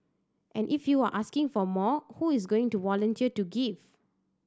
and if you are asking for more who is going to volunteer to give